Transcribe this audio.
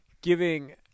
giving